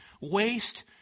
waste